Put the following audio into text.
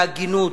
בהגינות,